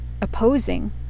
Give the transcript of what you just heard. opposing